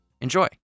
Enjoy